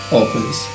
opens